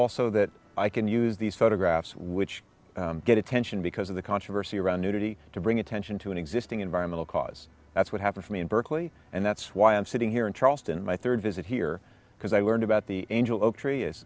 also that i can use these photographs which get attention because of the controversy around nudity to bring attention to an existing environmental cause that's what happened for me in berkeley and that's why i'm sitting here in charleston my third visit here because i learned about the angel oak tree is